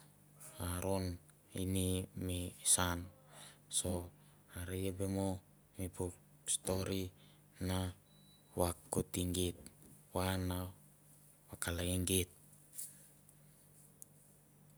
Aron ini mi saun are i be mo puk stori na vakoiti geit va na vakalaia geit.